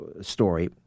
story